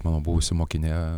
mano buvusi mokinė